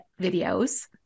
videos